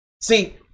See